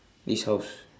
this house